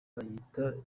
bayita